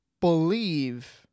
believe